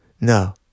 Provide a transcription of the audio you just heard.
no